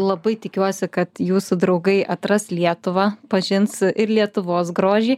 labai tikiuosi kad jūsų draugai atras lietuvą pažins ir lietuvos grožį